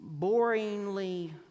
boringly